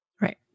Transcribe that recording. Right